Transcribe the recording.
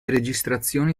registrazioni